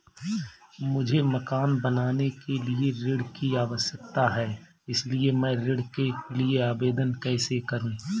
मुझे मकान बनाने के लिए ऋण की आवश्यकता है इसलिए मैं ऋण के लिए आवेदन कैसे करूं?